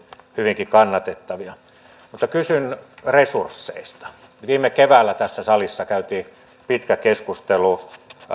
hyvinkin kannatettavia mutta kysyn resursseista viime keväänä tässä salissa käytiin pitkä keskustelu